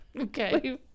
okay